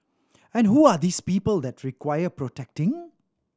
and who are these people that require protecting